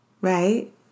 right